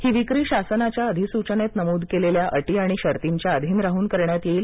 ही विक्री शासनाच्या अधिसुचनेत नमूद केलेल्या अटी आणि शर्तींच्या अधीन राहून करण्यात येईल